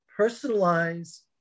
personalize